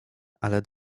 ale